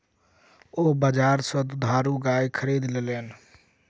ओ बजार सा दुधारू गाय खरीद लेलैन